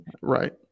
Right